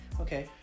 Okay